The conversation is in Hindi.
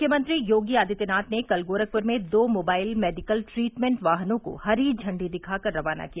मुख्यमंत्री योगी आदित्यनाथ ने कल गोरखपुर में दो मोबाइल मेडिकल ट्रीटमेंट वाहनों को हरी झंडी दिखा कर रवाना किया